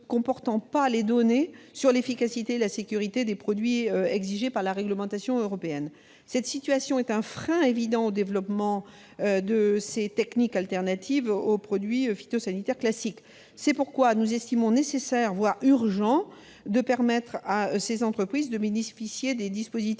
ne comportant pas les données sur l'efficacité et la sécurité des produits exigées par la réglementation européenne. Cette situation est un frein évident au développement de ces techniques alternatives aux produits phytosanitaires classiques. C'est pourquoi nous estimons nécessaire, voire urgent, de permettre à ces entreprises de bénéficier des dispositifs